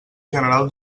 general